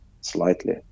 slightly